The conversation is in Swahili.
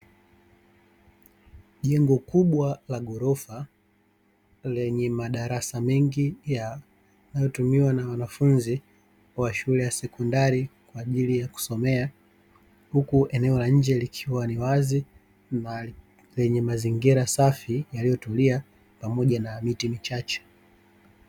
Jengo kubwa la ghorofa lenye madarasa mengi yanayotumiwa na wanafunzi wa shule ya sekondari kwa ajili ya kusomea, huku eneo la nje likiwa ni wazi na lenye mazingira safi yaliyotulia pamoja na miti michache.